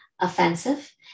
offensive